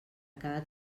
cada